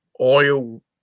oil